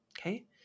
Okay